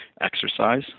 exercise